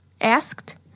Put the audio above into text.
Asked